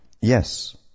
Yes